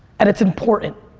and it's important.